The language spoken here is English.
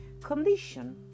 Condition